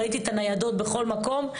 ראיתי את הניידות בכל מקום.